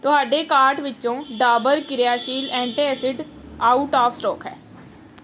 ਤੁਹਾਡੇ ਕਾਰਟ ਵਿੱਚੋਂ ਡਾਬਰ ਕਿਰਿਆਸ਼ੀਲ ਐਂਟੀਐਸਿਡ ਆਊਟ ਆਫ਼ ਸਟਾਕ ਹੈ